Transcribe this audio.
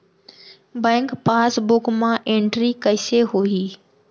Bank passbook मा entry कइसे होही?